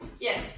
Yes